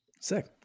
Sick